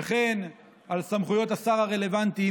וכן על סמכויות השר הרלוונטי,